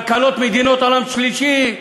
כלכלות מדינות עולם שלישי,